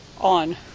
on